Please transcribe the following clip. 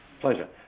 Pleasure